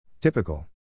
Typical